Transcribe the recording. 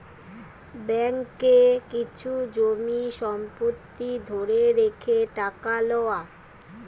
ব্যাঙ্ককে কিছু জমি সম্পত্তি ধরে রেখে টাকা লওয়া